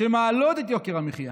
שמעלות את יוקר המחיה.